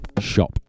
shop